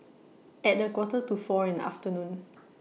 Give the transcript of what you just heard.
At A Quarter to four in The afternoon